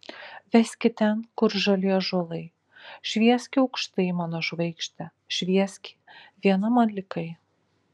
veski ten kur žali ąžuolai švieski aukštai mano žvaigžde švieski viena man likai